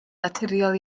naturiol